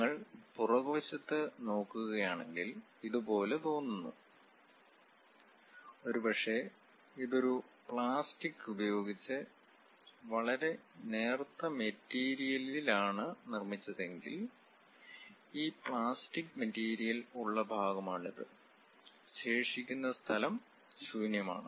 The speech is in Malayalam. നിങ്ങൾ പുറകുവശത്ത് നോക്കുകയാണെങ്കിൽ ഇത് പോലെ തോന്നുന്നു ഒരുപക്ഷേ ഇത് ഒരു പ്ലാസ്റ്റിക്ക് ഉപയോഗിച്ച് വളരെ നേർത്ത മെറ്റീരിയലിലാണ് നിർമ്മിച്ചതെങ്കിൽ ഈ പ്ലാസ്റ്റിക് മെറ്റീരിയൽ ഉള്ള ഭാഗമാണിത് ശേഷിക്കുന്ന സ്ഥലം ശൂന്യമാണ്